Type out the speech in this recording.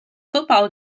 football